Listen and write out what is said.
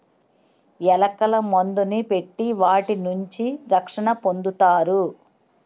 ఎలకల మందుని పెట్టి వాటి నుంచి రక్షణ పొందుతారు